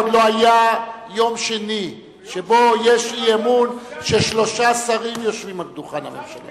עוד לא היה יום שני שבו יש אי-אמון ששלושה שרים יושבים על דוכן הממשלה.